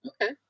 Okay